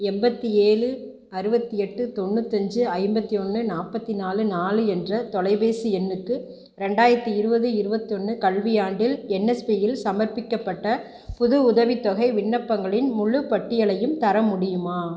எண்பத்தி ஏழு அறுபத்தி எட்டு தொன்னூற்றி அஞ்சு ஐம்பத்தி ஒன்று நாற்பத்தி நாலு நாலு என்ற தொலைபேசி எண்ணுக்கு ரெண்டாயிரத்தி இருபது இருபத்தி ஒன்று கல்வியாண்டில் என்எஸ்பியில் சமர்ப்பிக்கப்பட்ட புது உதவித்தொகை விண்ணப்பங்களின் முழுப் பட்டியலையும் தர முடியுமா